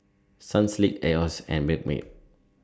Sunsilk Asos and Milkmaid